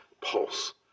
pulse